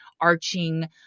arching